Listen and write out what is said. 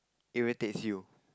irritates you